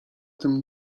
tym